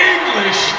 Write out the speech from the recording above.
English